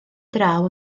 draw